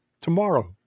tomorrow